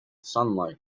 sunlight